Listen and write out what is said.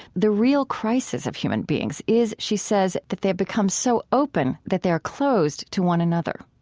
the real crisis of human beings is she says that they have become so open that they are closed to one another.